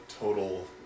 total